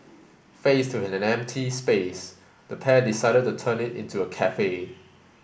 faced with an empty space the pair decided to turn it into a cafe